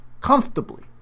comfortably